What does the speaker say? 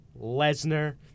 Lesnar